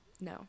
no